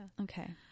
okay